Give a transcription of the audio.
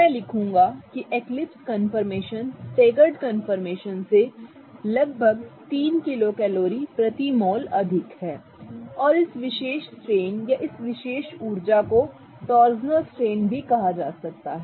तो मैं लिखूंगा कि एक्लिप्स कन्फर्मेशन स्टेगर्ड कंफर्मेशन से लगभग 3 किलो कैलोरी प्रति मोल अधिक है और इस विशेष स्ट्रेन या इस विशेष ऊर्जा को टॉर्जनल स्ट्रेन भी कहा जाता है